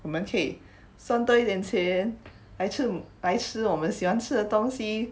我们可以赚多一点钱来吃我们喜欢吃的东西